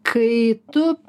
kai tu